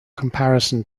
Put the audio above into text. comparison